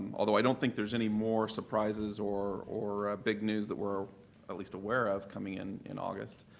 although i don't think there's any more surprises or or big news that we're at least aware of coming in, in august.